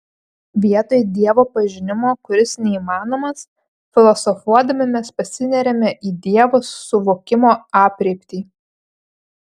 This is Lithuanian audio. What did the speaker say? vietoj dievo pažinimo kuris neįmanomas filosofuodami mes pasineriame į dievo suvokimo aprėptį